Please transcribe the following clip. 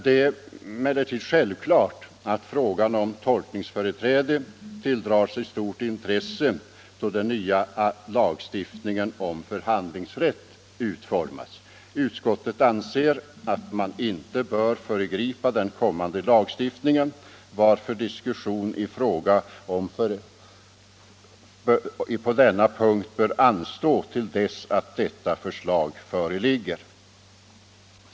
Det är emellertid självklart att frågan om tolkningsföreträde tilldrar sig stort intresse då den nya lagstiftningen om förhandlingsrätt utformas. Utskottet anser att man inte bör föregripa den kommande lagstiftningen, varför diskussion på denna punkt bör anstå till dess förslag till denna lagstiftning föreligger.